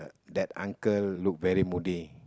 that uncle look very moody